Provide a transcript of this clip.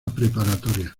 preparatoria